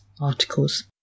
articles